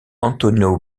antonio